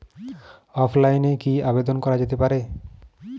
অফলাইনে কি আবেদন করা যেতে পারে?